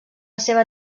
seva